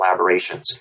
collaborations